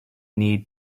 need